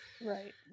Right